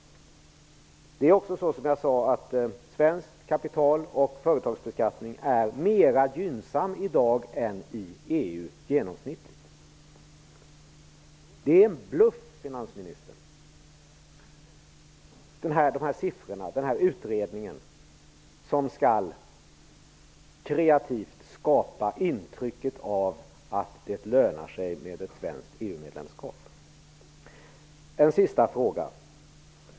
Det är också så att svenskt kapital och företagsbeskattning är mer gynnsamma i dag än i EU genomsnittligt. Siffrorna och utredningen som kreativt skall skapa intrycket att det lönar sig med ett svenskt EU-medlemskap är en bluff, finansministern.